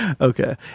Okay